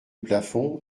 plafond